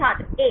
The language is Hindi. student A